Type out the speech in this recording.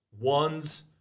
ones